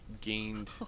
gained